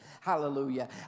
hallelujah